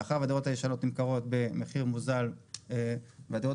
מאחר והדירות הישנות נמכרות במחיר מוזל ואילו הדירות